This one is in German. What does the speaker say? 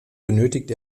benötigt